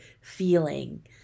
feeling